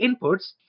inputs